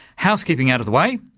housekeeping out of the way.